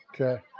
Okay